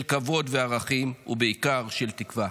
של כבוד וערכים ובעיקר של תקווה.